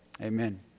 Amen